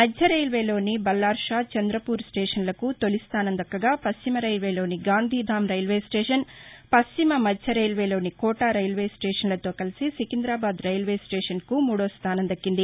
మధ్యరైల్వేలోని బల్లార్హ చంద్రపూర్ స్టేషన్లకు తొలిస్తానం దక్కగా పశ్చిమ రైల్వేలోని గాంధీధామ్ రైల్వేస్టేషన్ పశ్చిమ మధ్య రైల్వేలోని కోట రైల్వే స్టేషన్లతో కలిసి సికిందాబాద్ రైల్వే స్టేషన్కు మూడోస్దానం దక్కింది